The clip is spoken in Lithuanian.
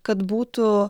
kad būtų